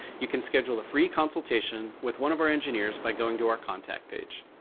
you can schedule a free consultation with one of our engineers by going to our contact page.